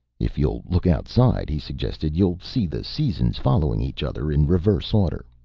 if you'll look outside, he suggested, you'll see the seasons following each other in reverse order.